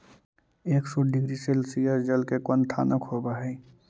एक सौ degree Celsius जल के क्वथनांक होवऽ हई